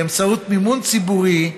באמצעות מימון ציבורי,